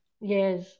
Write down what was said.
yes